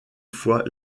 fois